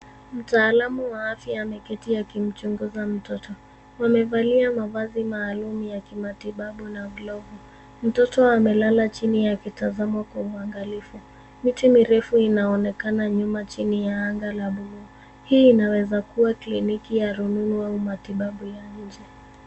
Mtaalam wa afya ameketi akimchunguza mtoto. Wamevalia mavazi maalum ya kimatibabu na glovu. Mtoto amelala chini akitazama kwa uangalifu. Miti mirefu inaonekana nyuma chini ya anga la buluu. Hii inaweza kuwa kliniki ya rununu au matibabu ya nje.